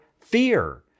fear